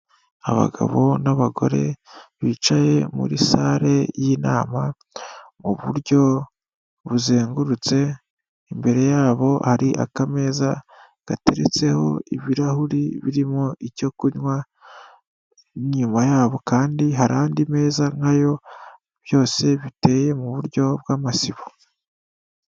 Abagabo n'abagore bicaye muri sare y'inama mu buryo buzengurutse, imbere yabo hari akameza gateretseho ibirahuri birimo icyo kunywa, inyuma yabo kandi hari andi meza nkayo, byose biteye mu buryo bw'amasibo.